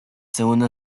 segunda